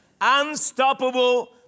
Unstoppable